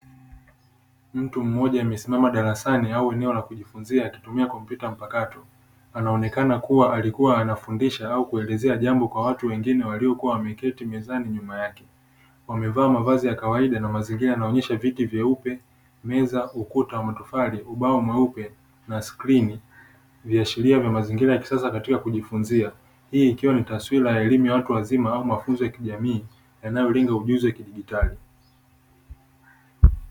Mtu mmoja amesimama darasani au eneo la kujifunzia akitumia kompyuta mpakato, anaonekana kuwa alikuwa anafundisha au kuelezea jambo kwa watu wengine waliokuwa wameketi mezani nyuma yake, wamevaa mavazi ya kawaida na mazingira yanaonyesha viti vyeupe, meza, ukuta wa matofali, ubao mweupe na skrini, viashiria vya mazingira ya kisasa katika kujifunza, hii ikiwa ni taswira ya elimu ya watu wazima au mafunzo ya kijamii yanayolenga ujuzi wa kidijitali.